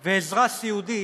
ועזרה סיעודית